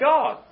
God